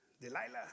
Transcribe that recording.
Delilah